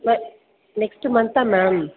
நெ நெக்ஸ்ட்டு மந்த்தா மேம்